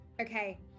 okay